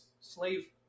slave